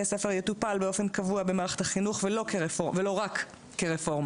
ספר יטופל באופן קבוע במערכת החינוך ולא רק כרפורמה.